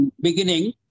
beginning